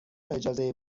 اجازه